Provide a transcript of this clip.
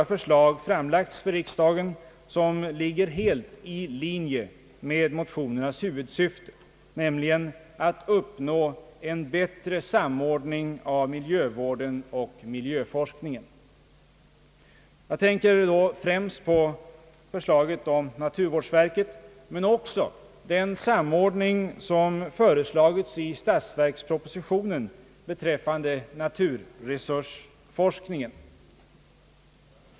förslag framlagts för riksdagen, vilka ligger helt i linje med motionernas huvudsyfte, nämligen att uppnå en bättre samordning av miljövården och miljöforskningen. Jag tänker då främst på förslaget om naturvårdsverket, men också på den samordning som i statsverkspropositionen föreslagits beträffande naturresursforskningen.